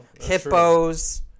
Hippos